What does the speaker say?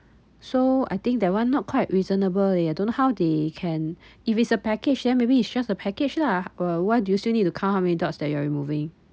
so I think that one not quite reasonable eh I don't know how they can if it's a package then maybe it's just a package lah uh why do you still need to count how many dots that you are removing